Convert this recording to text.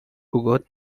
бөгөөд